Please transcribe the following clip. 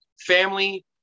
family